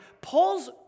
Paul's